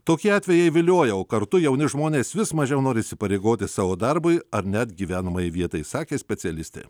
tokie atvejai vilioja o kartu jauni žmonės vis mažiau nori įsipareigoti savo darbui ar net gyvenamajai vietai sakė specialistė